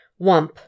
Wump